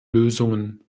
lösungen